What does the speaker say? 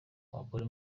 gukora